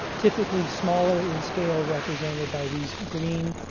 typically smaller in scale represented by these green